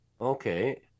Okay